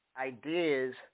ideas